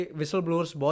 whistleblowers